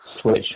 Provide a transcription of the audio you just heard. switch